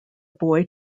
boy